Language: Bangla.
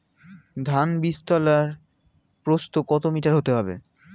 ধান বীজতলার প্রস্থ কত মিটার হতে হবে?